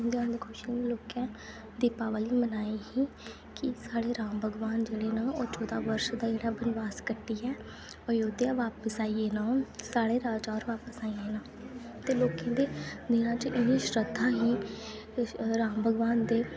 अयोध्या आह्लें खुशी लोकें दीपावली मनाई ही की साढ़े राम भगवान जेह्ड़े न चौदां बर्ष दा जेह्ड़ा वनवास कट्टियै अयोध्या वापस आई ए न ओह साढ़े राजा होर वापस ते लोकें मनै च इन्नी श्रद्धा ही राम भगवान दे